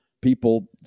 people